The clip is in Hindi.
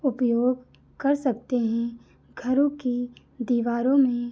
उपयोग कर सकते हें घरों की दीवारों में